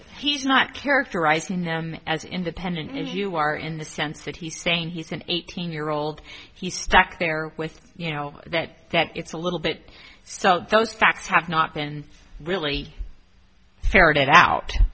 he's not characterizing them as independent as you are in the sense that he's saying he's an eighteen year old he's stuck there with you know that that it's a little bit so those facts have not been really ferret out